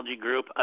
group